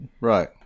right